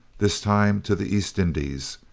this time to the east indies,